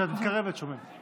כשאת מתקרבת, שומעים.